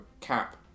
Cap